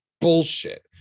bullshit